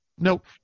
Nope